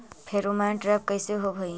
Pheromone trap कैसे होब हई?